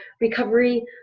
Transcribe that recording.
recovery